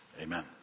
Amen